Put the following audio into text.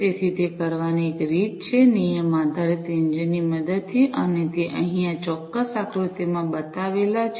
તેથી તે કરવાની એક રીત છે નિયમ આધારિત એન્જિનની મદદથી અને તે અહીં આ ચોક્કસ આકૃતિમાં બતાવેલ છે